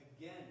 Again